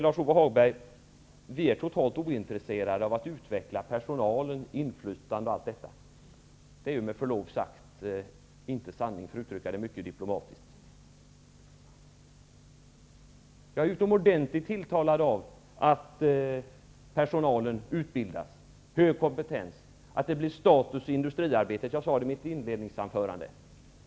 Lars-Ove Hagberg säger att vi är totalt ointresserade av utveckling av personalen, inflytande, m.m. Det är ju med förlov sagt inte sant, för att uttrycka det mycket diplomatiskt. Jag är utomordentligt tilltalad av att personalen utbildas, att kompetensen är hög, och att det blir status i industriarbetet. Detta sade jag i mitt inledningsanförande.